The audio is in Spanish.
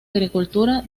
agricultura